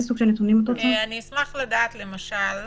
אשמח לדעת, למשל,